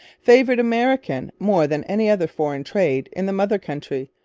favoured american more than any other foreign trade in the mother country,